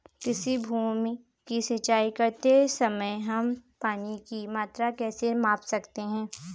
किसी भूमि की सिंचाई करते समय हम पानी की मात्रा कैसे माप सकते हैं?